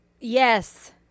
Yes